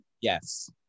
Yes